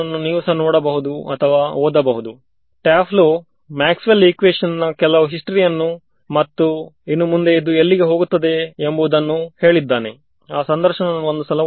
ಯಾವುದಾದರೊಂದು single basis function ನ್ನು ತೆಗೆದುಕೊಳ್ಳಿ ಅವು ಈ ಪ್ರೊಪರ್ಟಿಗಳನ್ನು ಹೊಂದಿರುತ್ತದೆ ಯು ಸ್ಥಿರಾಂಕವಾಗಿರುತ್ತದೆಯು ಸೊನ್ನೆ ಆಗಿರುತ್ತದೆ ಸರಿ